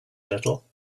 little